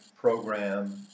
program